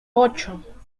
ocho